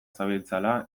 zabiltzala